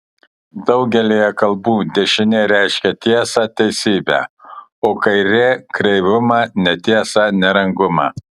daugelyje kalbų dešinė reiškia tiesą teisybę o kairė kreivumą netiesą nerangumą